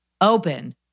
open